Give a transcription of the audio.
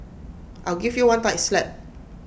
I'll give you one tight slap